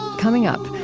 coming up,